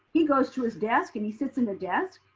he goes to his desk and he sits in the desk.